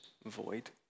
void